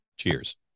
Cheers